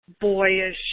boyish